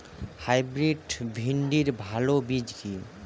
Hybrid ভিন্ডির ভালো বীজ কি?